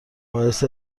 باعث